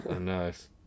Nice